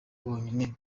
bonyine